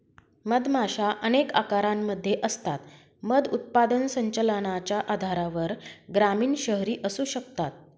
मधमाशा अनेक आकारांमध्ये असतात, मध उत्पादन संचलनाच्या आधारावर ग्रामीण, शहरी असू शकतात